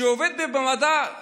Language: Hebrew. שעובד במעבדה רפואית,